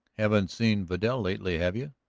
haven't seen vidal lately, have you?